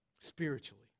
spiritually